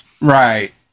Right